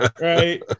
right